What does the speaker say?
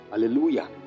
Hallelujah